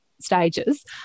stages